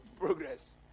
progress